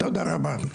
תודה רבה.